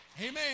amen